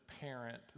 parent